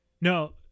No